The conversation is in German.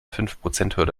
fünfprozenthürde